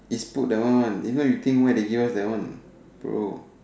it's put that one one if not you think why they give us that one bro